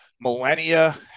millennia